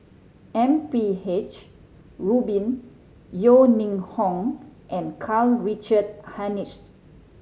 M P H Rubin Yeo Ning Hong and Karl Richard Hanitsch